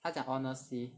他讲 honestly